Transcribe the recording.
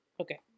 Okay